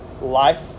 life